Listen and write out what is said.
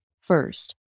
First